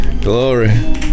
Glory